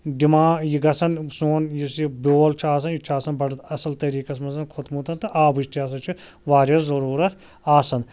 ڈِما یہِ گژھان سون یُس یہِ بیول چھُ آسان یہِ تہِ چھُ آسان بَڑٕ اَصٕل طریٖقَس منٛز کھوٚتمُت تہٕ آبٕچ تہِ ہسا چھِ واریاہ ضٔروٗرتھ آسان